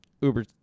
Uber